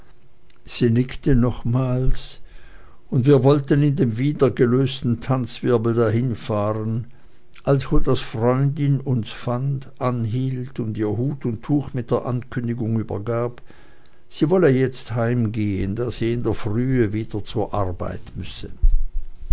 sie nickte nochmals und wir wollten in dem wieder gelösten tanzwirbel dahinfahren als huldas freundin uns fand anhielt und ihr hut und tuch mit der ankündigung übergab sie wolle jetzt heimgehen da sie in der frühe wieder zur arbeit müsse